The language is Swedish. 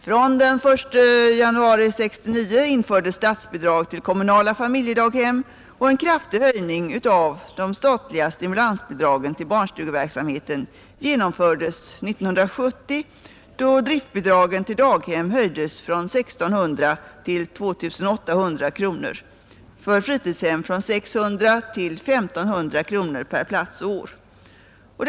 Från den 1 januari 1969 infördes statsbidrag till kommunala familjedaghem, och en kraftig höjning av de statliga stimulansbidragen till barnstugeverksamheten genomfördes 1970 då driftbidragen till daghem höjdes från 1600 kronor till 2 800 kronor, för fritidshem från 600 kronor till 1 500 kronor per plats och år.